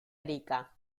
arica